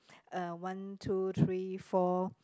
uh one two three four